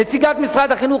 נציגת משרד החינוך,